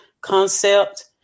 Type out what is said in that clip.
concept